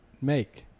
make